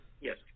Yes